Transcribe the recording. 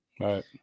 Right